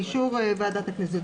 באישור ועדת הכנסת.